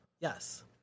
yes